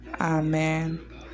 amen